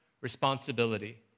responsibility